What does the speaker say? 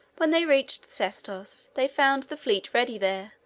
when they reached sestos, they found the fleet ready there,